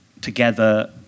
together